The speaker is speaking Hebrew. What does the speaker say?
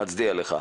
אני מצדיע לך.